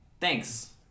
Thanks